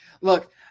Look